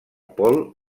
pol